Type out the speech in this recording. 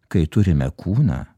kai turime kūną